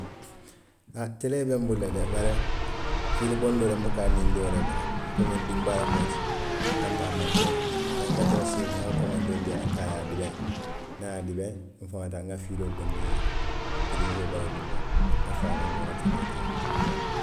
A telee b e n bulu le de bari fiili bondoo n buka a nindi wo la komu dinbaayaalu mu i ti, a kana taa a mantoora, saayiŋ n ka tara siiriŋ ne n ŋa komandoo dii a la n ko a ye a dibeŋ niŋ a ye a dibeŋ, n faŋo ye taa n ŋa fiiloolu bondi piriisoo bala duuma, n ŋa faanoo muura telee kaŋ